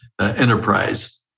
Enterprise